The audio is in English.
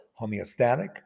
homeostatic